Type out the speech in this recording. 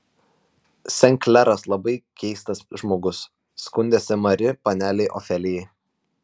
sen kleras labai keistas žmogus skundėsi mari panelei ofelijai